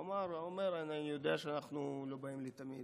הוא אומר: אני יודע שאנחנו לא באים לתמיד.